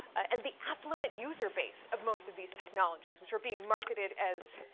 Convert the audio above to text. and the affluent user base of most of these technologies which are being marketed as